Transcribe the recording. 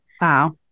Wow